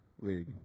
league